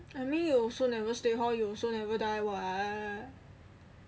I mean you also never stay hall you also never die [what]